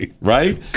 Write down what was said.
Right